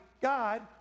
God